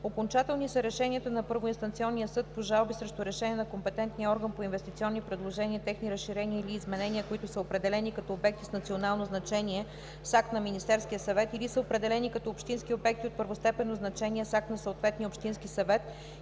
„Окончателни са решенията на първоинстанционния съд по жалби срещу решения на компетентния орган по инвестиционни предложения, техни разширения или изменения, които са определени като обекти с национално значение с акт на Министерския съвет или са определени като общински обекти от първостепенно значение с акт на съответния общински съвет